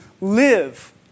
live